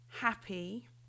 happy